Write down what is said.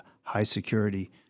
high-security